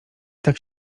tak